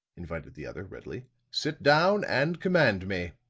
invited the other, readily. sit down, and command me.